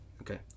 Okay